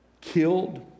killed